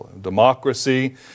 democracy